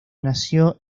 nació